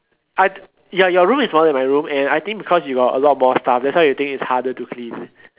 I ya your room is smaller than my room and I think because you got a lot more stuff that's why you think it's harder to clean